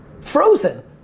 frozen